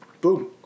boom